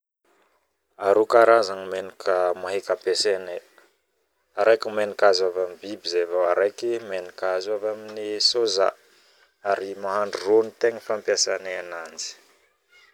Aroa karazagna menaka meheky ampiasanay araiky menaka azo avy amin'ny biby zay vao araiky azo avy amin'ny soja ary mahandro rô no tegna fampiasanay ananjy